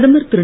பிரதமர் திரு